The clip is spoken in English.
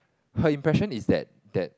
her impression is that that